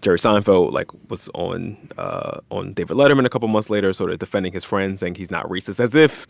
jerry seinfeld, like, was on ah on david letterman a couple months later sort of defending his friend, saying he's not racist as if